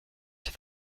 with